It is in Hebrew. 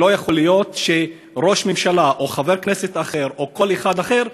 ולא יכול להיות שראש ממשלה או חבר כנסת אחר או כל אחד אחר,